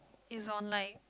is on like